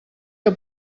que